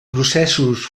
processos